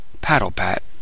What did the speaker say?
paddle-pat